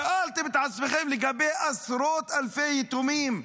שאלתם את עצמכם לגבי עשרות אלפי יתומים,